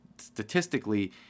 statistically